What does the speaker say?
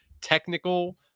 technical